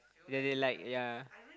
ya they like ya